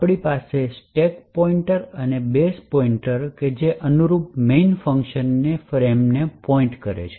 આપણીપાસે stack pointer અને base pointer છે જેઅનુરૂપ મેઇન ફંકશનની ફ્રેમ ને પોઇન્ટ કરે છે